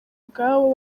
ubwabo